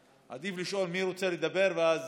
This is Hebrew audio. עדיף לשאול מי רוצה לדבר, ואז.